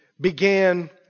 began